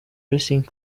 racing